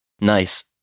Nice